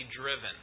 driven